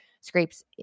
scrapes